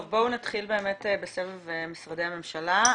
טוב, בואו נתחיל בסבב משרדי הממשלה.